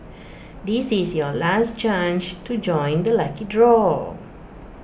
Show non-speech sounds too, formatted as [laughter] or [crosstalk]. [noise] this is your last chance to join the lucky draw